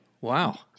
wow